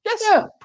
Yes